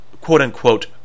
quote-unquote